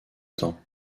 temps